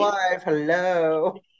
Hello